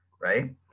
right